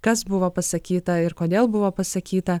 kas buvo pasakyta ir kodėl buvo pasakyta